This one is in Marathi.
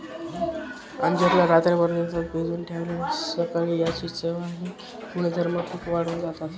अंजीर ला रात्रभर दुधात भिजवून ठेवल्याने सकाळी याची चव आणि गुणधर्म खूप वाढून जातात